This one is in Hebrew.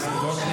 נאום שלו.